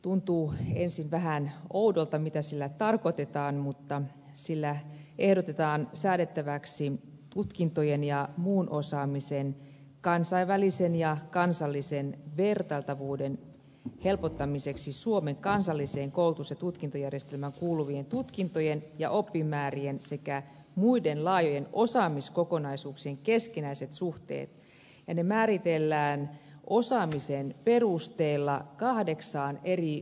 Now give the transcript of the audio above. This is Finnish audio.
tuntuu ensin vähän oudolta mitä sillä tarkoitetaan mutta sillä ehdotetaan säädettäväksi tutkintojen ja muun osaamisen kansainvälisen ja kansallisen vertailtavuuden helpottamiseksi suomen kansalliseen koulutus ja tutkintojärjestelmään kuuluvien tutkintojen ja oppimäärien sekä muiden laajojen osaamiskokonaisuuksien keskinäiset suhteet ja ne määritellään osaamisen perusteella kahdeksaan eri vaativuustasoon